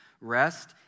Rest